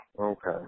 Okay